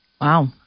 Wow